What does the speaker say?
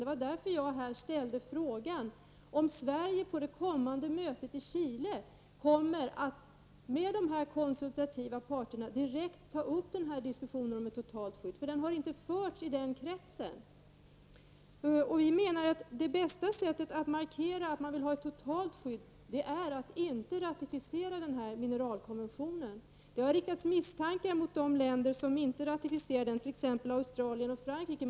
Det var därför som jag i mitt förra inlägg ställde frågan, om Sverige på det kommande mötet i Chile avser att direkt med de konsultativa parterna ta upp en diskussion om ett totalt skydd. Den har nämligen inte förts i den kretsen. Det bästa sättet att markera att vi vill ha ett totalt skydd av Antarktis är att inte ratificera mineralkonventionen. Det har riktats misstankar mot de länder som inte ratificerar den, t.ex. Australien och Frankrike.